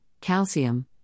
calcium